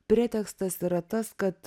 pretekstas yra tas kad